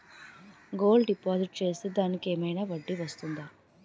Gold deposit చేస్తే దానికి ఏమైనా వడ్డీ వస్తుందా?